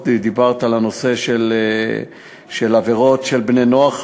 את דיברת על הנושא של עבירות של בני-נוער,